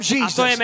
Jesus